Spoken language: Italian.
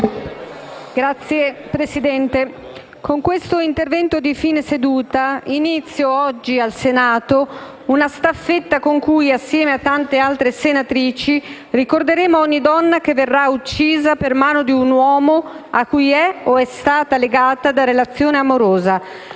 Signor Presidente, con questo intervento di fine seduta inizio oggi al Senato una staffetta con cui, assieme a tante altre senatrici, ricorderemo ogni donna che verrà uccisa per mano di un uomo a cui è o è stata legata da relazione amorosa.